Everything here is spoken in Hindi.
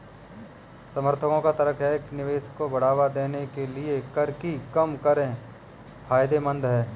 समर्थकों का तर्क है कि निवेश को बढ़ावा देने के लिए कर की कम दरें फायदेमंद हैं